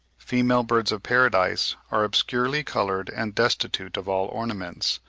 female birds of paradise are obscurely coloured and destitute of all ornaments,